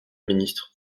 ministre